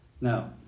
No